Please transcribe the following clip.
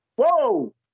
Whoa